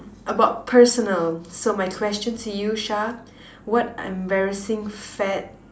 about personal so my question to you Shah what embarrassing fad